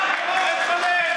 למה הוא כועס?